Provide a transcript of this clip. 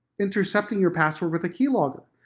intercepting your password with a keylogger.